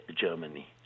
Germany